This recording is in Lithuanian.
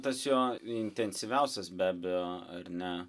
tas jo intensyviausias be abejo ar ne